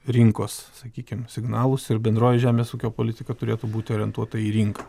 rinkos sakykim signalus ir bendroji žemės ūkio politika turėtų būti orientuota į rinką